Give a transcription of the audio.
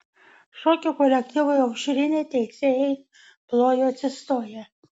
šokių kolektyvui aušrinė teisėjai plojo atsistoję